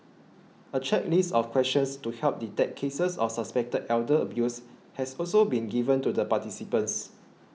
a checklist of questions to help detect cases of suspected elder abuse has also been given to the participants